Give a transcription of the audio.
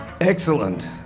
Excellent